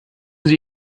sie